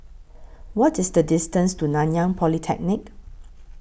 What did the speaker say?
What IS The distance to Nanyang Polytechnic